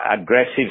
aggressive